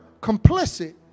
complicit